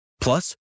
Plus